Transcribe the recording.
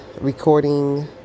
recording